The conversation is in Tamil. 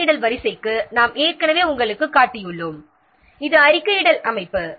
அறிக்கையிடல் வரிசைகளை நாம் ஏற்கனவே உங்களுக்குக் காட்டியுள்ளோம் இது அறிக்கையிடல் அமைப்பு